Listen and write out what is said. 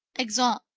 exeunt.